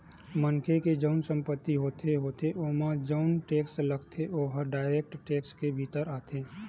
मनखे के जउन संपत्ति होथे होथे ओमा जउन टेक्स लगथे ओहा डायरेक्ट टेक्स के भीतर आथे